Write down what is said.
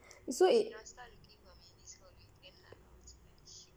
so it